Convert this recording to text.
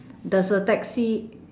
does the taxi